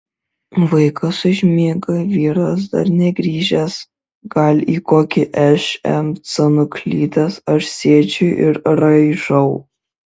vaikas užmiega vyras dar negrįžęs gal į kokį šmc nuklydęs aš sėdžiu ir raižau